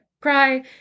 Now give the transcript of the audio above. cry